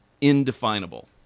indefinable